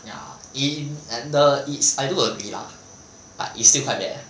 ya in and the it's I do agree lah but it's still quite bad lah